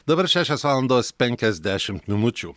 dabar šešios valandos penkiasdešimt minučių